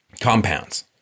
Compounds